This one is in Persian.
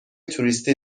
توریستی